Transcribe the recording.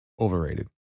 overrated